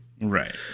right